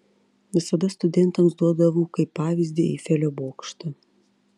visada studentams duodavau kaip pavyzdį eifelio bokštą